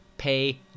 pay